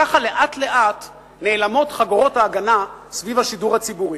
ככה לאט-לאט נעלמות חגורות ההגנה סביב השידור הציבורי,